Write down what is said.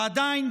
ועדיין,